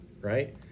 right